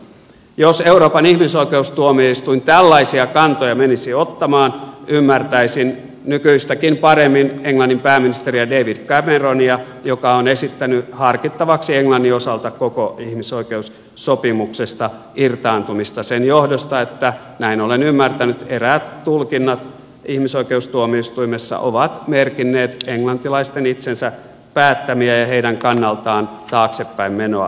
jos euroopan ihmisoikeustuomioistuin tällaisia kantoja menisi ottamaan ymmärtäisin nykyistäkin paremmin englannin pääministeri david cameronia joka on esittänyt harkittavaksi englannin osalta koko ihmisoikeussopimuksesta irtaantumista sen johdosta että näin olen ymmärtänyt eräät tulkinnat ihmisoikeustuomioistuimessa ovat merkinneet englantilaisten itsensä päättämissä heidän kannaltaan tärkeissä asioissa taaksepäin menoa